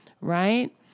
right